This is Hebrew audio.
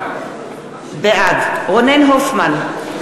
בעד רונן הופמן,